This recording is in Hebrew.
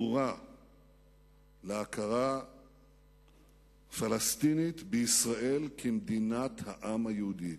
ברורה להכרה פלסטינית בישראל כמדינת העם היהודי,